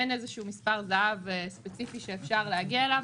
אין איזה מספר זהב ספציפי שאפשר להגיע אליו.